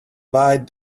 bite